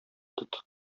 тот